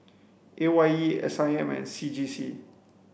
A Y E S I M and C J C